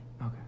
Okay